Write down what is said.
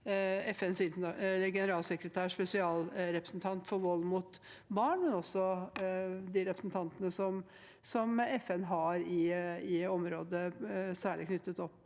FNs generalsekretærs spesialrepresentant om vold mot barn, og også de representantene FN har i området, særlig knyttet opp